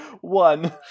One